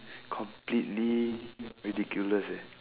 completely ridiculous eh